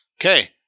Okay